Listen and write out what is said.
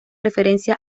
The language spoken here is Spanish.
referencia